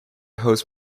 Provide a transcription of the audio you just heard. host